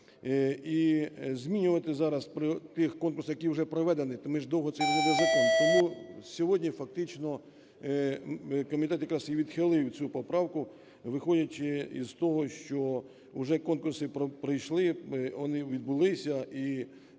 і змінювати зараз при тих конкурсах, які вже проведені, то ми ж довго... це не буде закону. Тому сьогодні фактично комітет якраз і відхилив цю поправку, виходячи із того, що уже конкурси пройшли, вони відбулися,